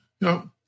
no